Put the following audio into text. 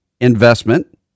Investment